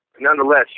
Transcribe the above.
nonetheless